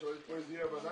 יש איזו שהיא אי הבנה.